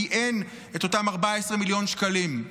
כי אין את אותם 14 מיליון שקלים.